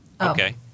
Okay